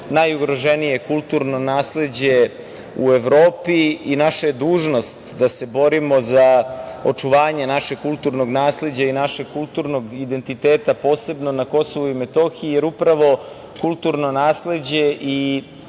najugroženije kulturno nasleđe u Evropi i naša je dužnost da se borimo za očuvanje našeg kulturnog nasleđa i našeg kulturnog identiteta posebno na Kosovu i Metohiji, jer upravo kulturno nasleđe i